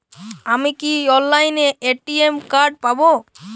আমি কি অনলাইনে এ.টি.এম কার্ড পাব?